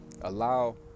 allow